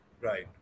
Right